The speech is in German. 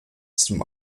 zum